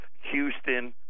Houston